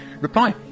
reply